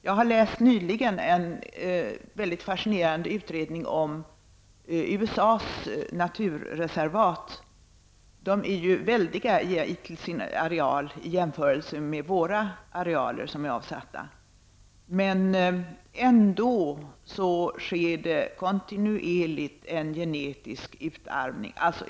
Jag har nyligen läst en mycket fascinerande utredning om USAs naturreservat. De är ju väldiga till sin areal i jämförelse med de arealer som är avsatta i vårt land. Men det sker ändå en kontinuerlig genetisk utarmning.